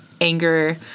Anger